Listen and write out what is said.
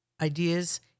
ideas